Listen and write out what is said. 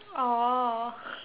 oh